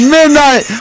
Midnight